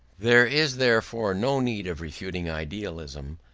there is therefore no need of refuting idealism,